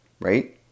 right